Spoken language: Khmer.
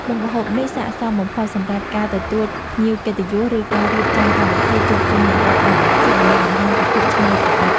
មុខម្ហូបនេះស័ក្តិសមបំផុតសម្រាប់ការទទួលភ្ញៀវកិត្តិយសឬការរៀបចំកម្មវិធីជួបជុំលំដាប់អន្តរជាតិដើម្បីបង្ហាញពីភាពច្នៃប្រឌិត។